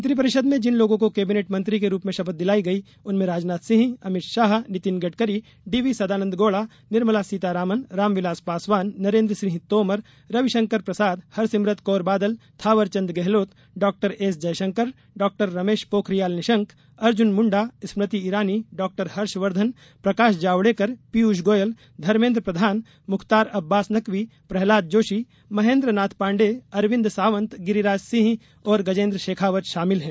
मंत्रिपरिषद में जिन लोगों को कैबिनेट मंत्री के रूप में शपथ दिलाई गई उनमें राजनाथ सिंह अमित शाह नितिन गडकरी डीवी सदानन्द गौड़ा निर्मला सीतारामन रामविलास पासवान नरेन्द्र सिंह तोमर रविशंकर प्रसाद हरसिमरत कौर बादल थावर चन्द गहलोत डॉएसजयशंकर डॉ रमेश पोखरियाल निशंक अर्जुन मुंडा स्मृति ईरानी डॉ हर्षवर्धन प्रकाश जावड़ेकर पीयूष गोयल धर्मेन्द्र प्रधान मुख्ताश्र अब्बास नकवी प्रहलाद जोशी महेन्द्र नाथ पांडेय अरविन्द् सावंत गिरिराज सिंह और गजेन्द्र शेखावत शामिल हैं